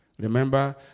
Remember